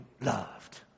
loved